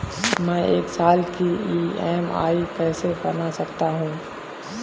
मैं एक साल की ई.एम.आई कैसे बना सकती हूँ?